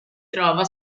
trova